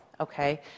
okay